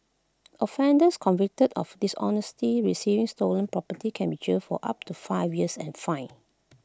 offenders convicted of dishonestly receiving stolen property can be jailed for up to five years and fined